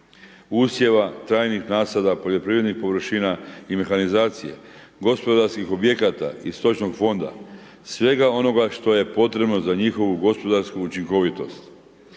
usjeva, trajnih nasada, poljoprivrednih površina i mehanizacije, gospodarskih objekata i stočnog fonda, svega onoga što je potrebno za njihovu gospodarsku učinkovitost.